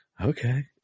Okay